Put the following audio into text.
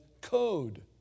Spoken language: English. code